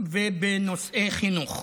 ונושאי חינוך.